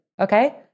Okay